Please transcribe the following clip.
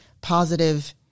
positive